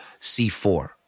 C4